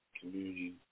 community